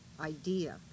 idea